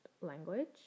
language